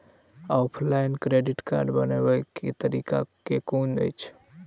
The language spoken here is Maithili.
ऑफलाइन क्रेडिट कार्ड बनाबै केँ तरीका केँ कुन अछि?